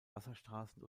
wasserstraßen